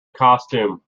costume